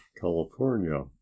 California